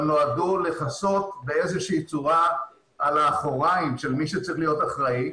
שנועדו לכסות באיזושהי צורה על האחוריים של מי שצריך להיות אחראי.